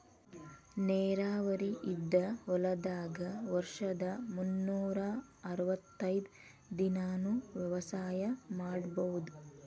ನೇರಾವರಿ ಇದ್ದ ಹೊಲದಾಗ ವರ್ಷದ ಮುನ್ನೂರಾ ಅರ್ವತೈದ್ ದಿನಾನೂ ವ್ಯವಸಾಯ ಮಾಡ್ಬಹುದು